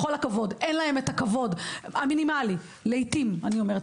כידוע, אני לא פוליטיקאית רגילה, ואני אומרת